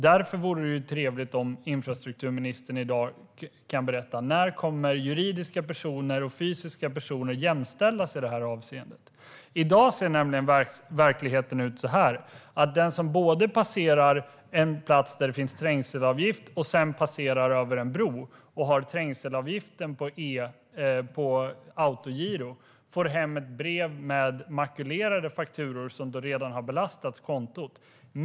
Det vore därför trevligt om infrastrukturministern i dag kunde berätta när juridiska och fysiska personer kommer att jämställas i detta avseende. I dag ser verkligheten nämligen ut så här: Den som passerar en plats där det finns trängselavgift och sedan passerar över en bro och har trängselavgiften på autogiro får hem ett brev med makulerade fakturor som redan har belastat kontot.